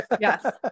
Yes